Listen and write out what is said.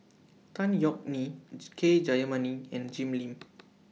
Tan Yeok Nee K Jayamani and Jim Lim